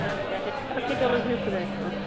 آچھا آچھا آد کیٛاہ چلو بِہِو خۄدایَس سوال